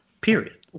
Period